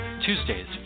Tuesdays